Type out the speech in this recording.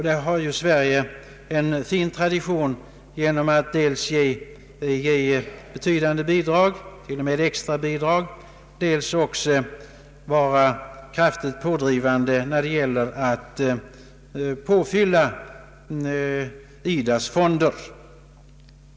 Där har Sverige en fin tradition genom att dels ge betydande bidrag — till och med extrabidrag — dels genom att också vara kraftigt pådrivande när det gäller att fylla på IDA:s fonder.